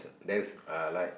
there's uh like